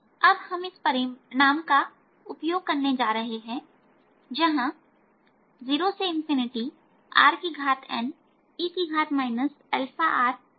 अब हम परिणाम का उपयोग करने जा रहे हैं जहां0 rne αrdrn